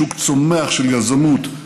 שוק צומח של יזמות,